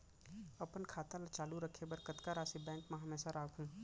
अपन खाता ल चालू रखे बर कतका राशि बैंक म हमेशा राखहूँ?